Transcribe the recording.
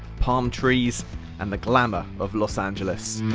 palm trees and the glamour of los angeles.